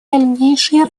дальнейшей